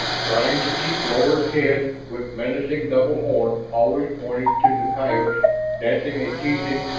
trying to keep lowered head with menacing double horn always pointed to the coyotes dancing a teasing,